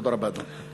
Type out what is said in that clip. תודה רבה, אדוני.